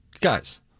Guys